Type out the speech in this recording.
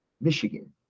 Michigan